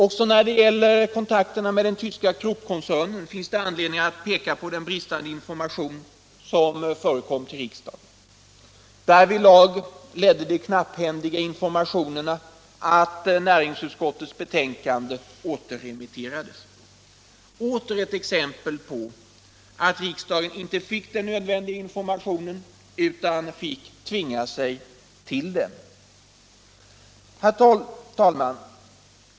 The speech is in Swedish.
Också när det gäller kontakterna med den tyska Kruppkoncernen finns det anledning att peka på den bristande informationen till riksdagen. Därvidlag ledde de knapphändiga informationerna till att näringsutskottets betänkande återremitterades. Ännu ett exempel på att riksdagen inte fick den nödvändiga informationen utan måste tvinga sig till den! Herr talman!